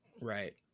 right